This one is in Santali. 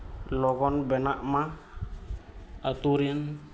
ᱞᱚᱜᱚᱱ ᱵᱮᱱᱟᱜᱢᱟ ᱟᱛᱳ ᱨᱮᱱ